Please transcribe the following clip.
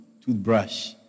Toothbrush